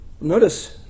Notice